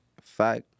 fact